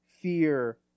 fear